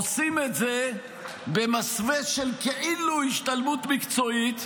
עושים את זה במסווה של כאילו השתלמות מקצועית.